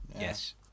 Yes